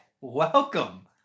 Welcome